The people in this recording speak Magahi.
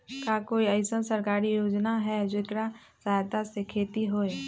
का कोई अईसन सरकारी योजना है जेकरा सहायता से खेती होय?